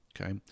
Okay